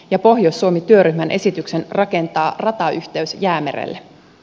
ja pohjois suomi työryhmän esityksen rakentaa ratayhteys jäämerelle